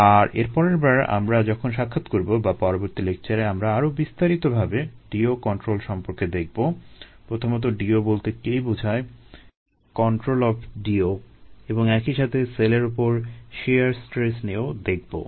আর এরপরের বার আমরা যখন সাক্ষাত করবো বা পরবর্তী লেকচারে আমরা আরো বিস্তারিতভাবে DO control সম্পর্কে দেখবো প্রথমত DO বলতে কী বোঝায় এবং এরপর control of DO এবং একই সাথে সেলের উপর শিয়ার স্ট্রেস নিয়েও দেখবো